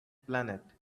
planet